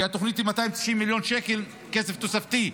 כי התוכנית היא 290 מיליון שקל כסף תוספתי,